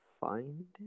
find